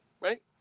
right